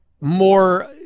more